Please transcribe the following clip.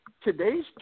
today's